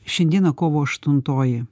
šiandien kovo aštuntoji